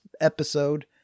episode